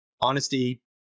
honesty